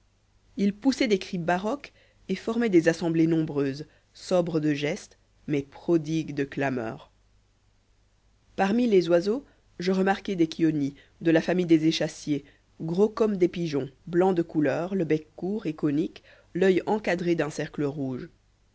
ils poussaient des cris baroques et formaient des assemblées nombreuses sobres de gestes mais prodigues de clameurs parmi les oiseaux je remarquai des chionis de la famille des échassiers gros comme des pigeons blancs de couleur le bec court et conique l'oeil encadré d'un cercle rouge